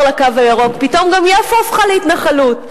ל"קו הירוק"; פתאום גם יפו הפכה להתנחלות.